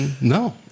No